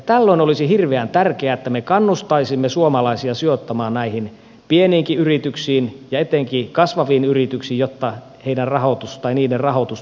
tällöin olisi hirveän tärkeää että me kannustaisimme suomalaisia sijoittamaan näihin pieniinkin yrityksiin ja etenkin kasvaviin yrityksiin jotta niiden rahoitus turvattaisiin